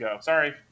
Sorry